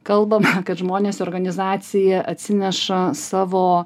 kalbama kad žmonės į organizaciją atsineša savo